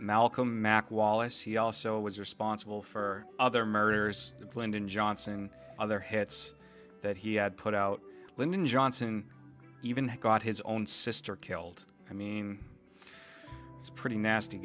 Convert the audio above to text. malcolm mak wallace he also was responsible for other murders of lyndon johnson and other hits that he had put out lyndon johnson even got his own sister killed i mean it's pretty nasty